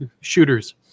shooters